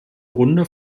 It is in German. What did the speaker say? runde